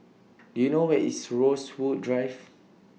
Do YOU know Where IS Rosewood Drive